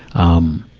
um,